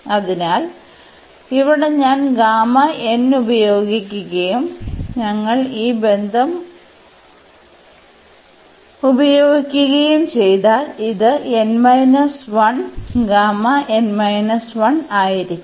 അതിനാൽ ഇവിടെ ഞാൻ ഉപയോഗിക്കുകയും ഞങ്ങൾ ഈ ബന്ധം ഉപയോഗിക്കുകയും ചെയ്താൽ ഇത് ആയിരിക്കും